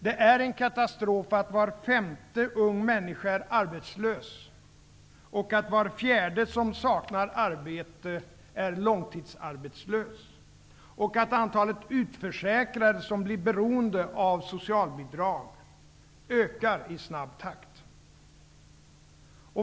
Det är en katastrof att var femte ung människa är arbetslös, att var fjärde som saknar arbete är långtidsarbetslös och att antalet utförsäkrade, som blir beroende av socialbidrag, ökar i snabb takt.